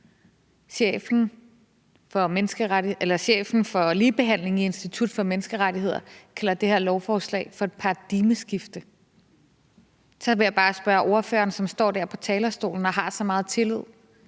Chefen for ligebehandling i Institut for Menneskerettigheder kalder det her lovforslag for et paradigmeskifte. Så vil jeg bare spørge ordføreren, som står der på talerstolen og har så meget tillid,